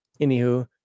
Anywho